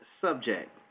subject